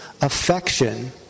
affection